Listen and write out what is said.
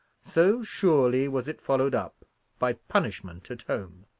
so surely was it followed up by punishment at home.